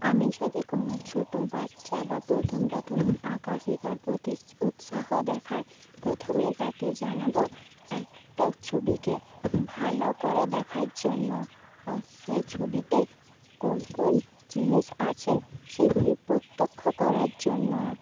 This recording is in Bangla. আমি যদি কোনো ছোটো বাচ্চা বা প্রথম প্রথম আঁকা শেখার প্রতি উৎসাহ দেখায় প্রথমে তাকে জানাবো একটা ছবিকে ভালো করে দেখার জন্য সেই ছবিতে কোন কোন জিনিস আছে সেগুলি প্রত্যক্ষ করার জন্য